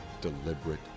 deliberate